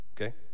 okay